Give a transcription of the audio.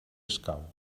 escau